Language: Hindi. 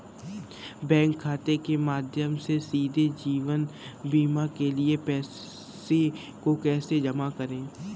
बैंक खाते के माध्यम से सीधे जीवन बीमा के लिए पैसे को कैसे जमा करें?